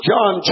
John